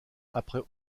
après